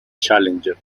challenger